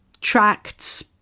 Tracts